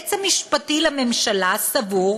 שהיועץ המשפטי לממשלה סבור